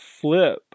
flip